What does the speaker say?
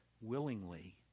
willingly